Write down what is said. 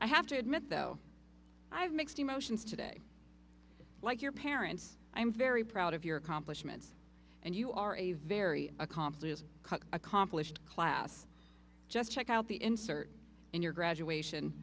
i have to admit though i have mixed emotions today like your parents i am very proud of your accomplishments and you are a very accomplished accomplished class just check out the insert in your graduation